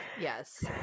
Yes